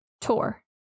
Tour